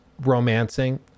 romancing